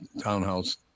townhouse